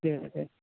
okay okay